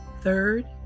third